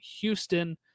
Houston